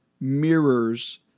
mirrors